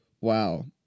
Wow